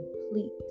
complete